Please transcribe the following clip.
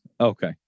Okay